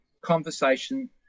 conversation